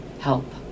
help